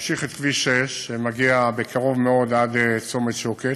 להמשיך את כביש 6, שמגיע בקרוב מאוד עד צומת שוקת,